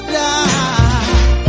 die